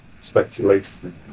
speculation